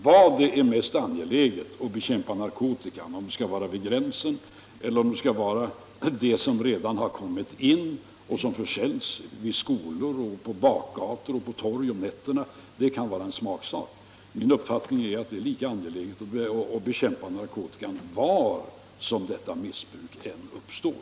Var det är mest angeläget att bekämpa narkotika m.m. — vid gränsen eller då den redan har kommit in i landet och försäljs vid skolor på bakgator och på torg om nätterna — kan vara en smaksak. Min uppfattning är att det är lika angeläget att bekämpa narkotikan, var missbruket än uppstår.